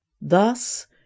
Thus